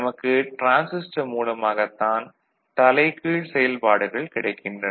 நமக்கு டிரான்சிஸ்டர் மூலமாகத் தான் தலைகீழ் செயல்பாடுகள் கிடைக்கின்றன